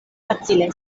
facile